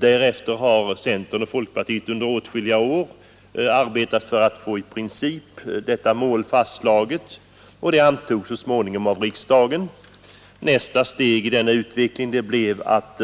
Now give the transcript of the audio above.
Därefter har centerpartiet och folkpartiet under åtskilliga år arbetat för att få i princip detta mål fastslaget. Det antogs så småningom i riksdagen. Nästa steg i denna utveckling var att